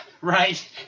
right